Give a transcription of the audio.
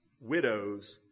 widows